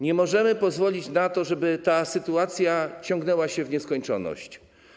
Nie możemy pozwolić na to, żeby ta sytuacja ciągnęła się w nieskończoność.